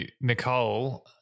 Nicole